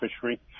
fishery